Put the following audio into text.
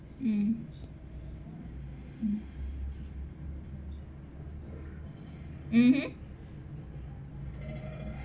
mm mm mmhmm